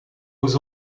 aux